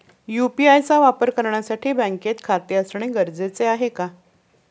UPI चा वापर करण्यासाठी बँकेत खाते असणे गरजेचे आहे का?